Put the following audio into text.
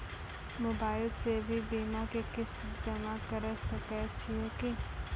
Mobile से भी बीमा के किस्त जमा करै सकैय छियै कि?